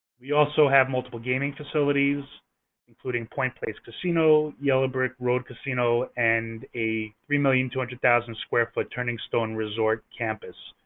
we also have multiple gaming facilities including point place casino, yellow brick road casino, and a three million two hundred thousand square foot turning stone resort campus,